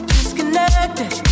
Disconnected